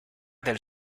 del